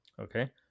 Okay